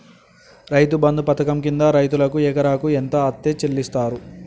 రైతు బంధు పథకం కింద రైతుకు ఎకరాకు ఎంత అత్తే చెల్లిస్తరు?